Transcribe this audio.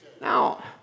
Now